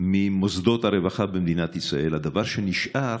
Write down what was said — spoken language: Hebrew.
ממוסדות הרווחה במדינת ישראל, הדבר שנשאר